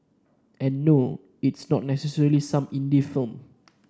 and no it's not necessarily some Indie film